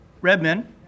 Redman